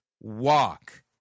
walk